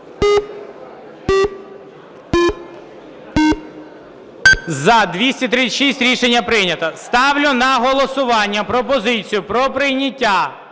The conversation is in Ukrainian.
За-236 Рішення прийнято. Ставлю на голосування пропозицію про прийняття